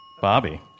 Bobby